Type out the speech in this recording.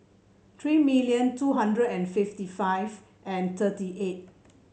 three million two hundred and fifty five and thirty eight